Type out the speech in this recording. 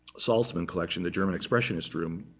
saltzman collection, the german expressionist room.